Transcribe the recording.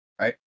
right